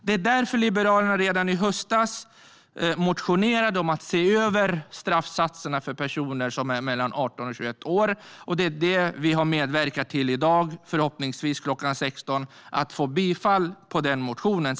Det är därför Liberalerna redan i höstas motionerade om att se över straffsatserna för personer som är mellan 18 och 21 år, och det är det vi har medverkat till i dag - att klockan 16 förhoppningsvis få bifall till den motionen.